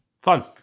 Fun